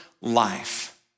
life